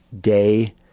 day